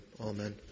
amen